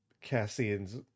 cassian's